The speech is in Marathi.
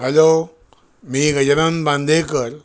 हॅलो मी गजानन बांदेकर